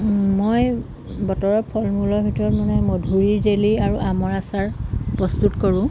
মই বতৰৰ ফল মূলৰ ভিতৰত মানে মধুৰিৰ জেলি আৰু আমৰ আচাৰ প্ৰস্তুত কৰোঁ